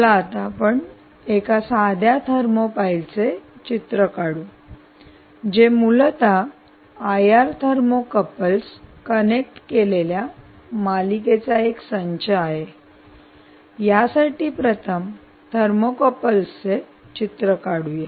चला आता आपण एका साध्या थर्मोपाईलचे चित्र काढू जे मूलत आयआर थर्मोकपल्स कनेक्ट केलेल्या मालिकेचा एक संच आहे यासाठी प्रथम थर्माकपल्सचे चित्र काढू या